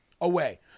away